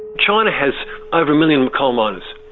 china has over a million coalminers.